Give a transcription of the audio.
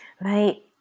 Right